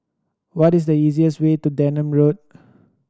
what is the easier's way to Denham Road